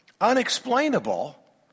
unexplainable